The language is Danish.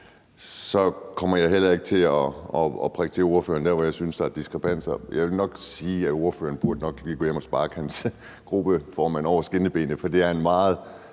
jeg kommer heller ikke til at prikke til ordføreren der, hvor jeg synes der er diskrepanser. Jeg vil nok sige, at ordføreren lige burde gå hjem og sparke sin gruppeformand over skinnebenet, for det er en debat,